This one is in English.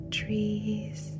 trees